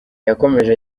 yakomeje